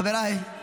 חבריי,